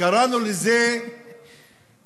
קראנו לזה ליטיגציה,